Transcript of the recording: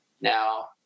now